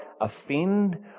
offend